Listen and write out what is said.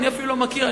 אני לא מכיר,